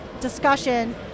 discussion